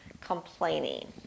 complaining